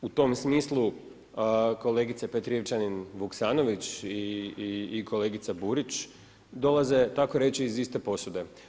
U tom smislu kolegice Petrijevčanin-Vuksanović i kolegica Burić dolaze tako reći iz iste posude.